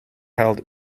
held